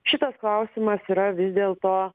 šitas klausimas yra vis dėlto